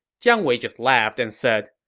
jiang wei just laughed and said,